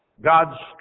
God's